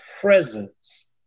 presence